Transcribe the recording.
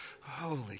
holy